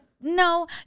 no